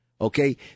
Okay